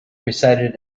recited